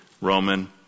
Roman